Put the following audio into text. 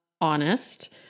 honest